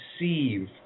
receive